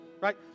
right